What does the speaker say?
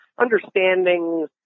understanding